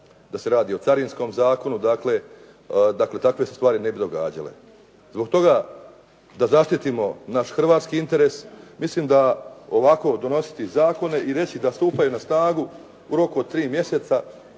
da se radi o Carinskom zakonu, dakle takve se stvari ne bi događale. Zbog toga, da zaštitimo naš hrvatski interes, mislim da ovako donositi zakone i reći da stupaju na snagu u roku od 3 mjeseca,